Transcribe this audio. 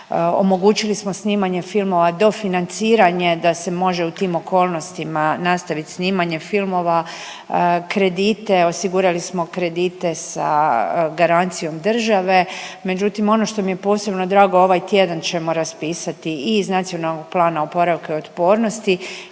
omogućili smo snimanje filmova, dofinanciranje da se može u tim okolnostima nastavit snimanje filmova, kredite, osigurali smo kredite sa garancijom države, međutim ono što mi je posebno drago, ovaj tjedan ćemo raspisati iz NPOO-a jedan potpuno